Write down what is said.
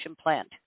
plant